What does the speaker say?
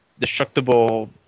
destructible